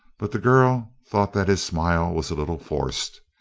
but the girl thought that his smile was a little forced.